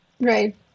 right